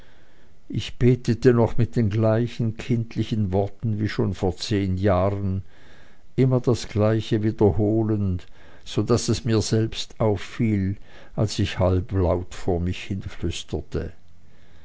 ich betete noch mit den gleichen kindlichen worten wie schon vor zehn jahren immer das gleiche wiederholend so daß es mir selbst auffiel als ich halblaut vor mich hinflüsterte